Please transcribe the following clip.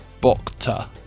bokta